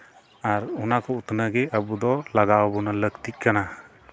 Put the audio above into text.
ᱟᱨ ᱚᱱᱟ ᱠᱚ ᱩᱛᱱᱟᱹᱣ ᱜᱮ ᱟᱵᱚ ᱫᱚ ᱞᱟᱜᱟᱣ ᱟᱵᱚᱱᱟ ᱞᱟᱹᱠᱛᱤᱜ ᱠᱟᱱᱟ